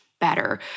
better